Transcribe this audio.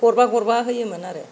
गरबा गरबा होयोमोन आरो